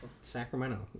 Sacramento